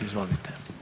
Izvolite.